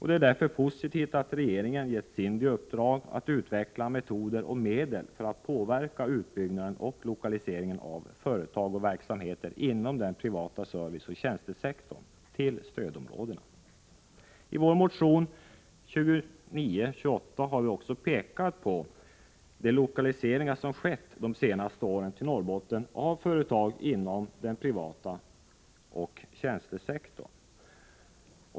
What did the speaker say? Det är därför positivt att regeringen gett SIND i uppdrag att utveckla metoder och medel för att påverka utbyggnaden och lokaliseringen av företag och verksamheter inom den privata serviceoch tjänstesektorn till stödområdena. I vår motion nr 2928 har vi också pekat på de lokaliseringar som skett de senaste åren till Norrbotten av företag inom den privata sektorn och tjänstesektorn.